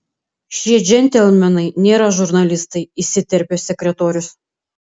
šie džentelmenai nėra žurnalistai įsiterpė sekretorius